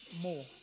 more